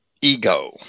ego